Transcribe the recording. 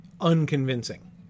unconvincing